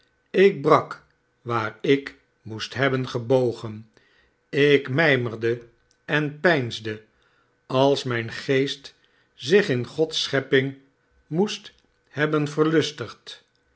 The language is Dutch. ik brak waar ik moest hebben gebogen ik mijmerde en peinsde als mijn geest zich in gods schepping moest hebben verlustigd